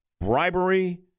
Bribery